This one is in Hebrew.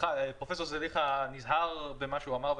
פרופסור זליכה נזהר במה שהוא אמר ובצדק.